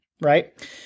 right